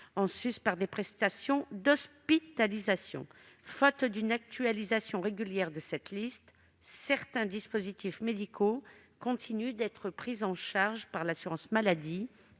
en sus des prestations d'hospitalisation. Faute d'une actualisation régulière de cette liste, certains dispositifs médicaux continuent d'être pris en charge par l'assurance maladie